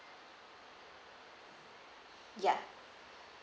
ya